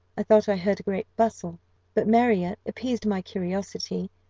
i thought i heard a great bustle but marriott appeased my curiosity,